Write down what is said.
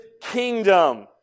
kingdom